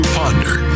ponder